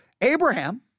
Abraham